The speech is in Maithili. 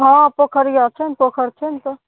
हँ पोखरिया छै पोखर छै तऽ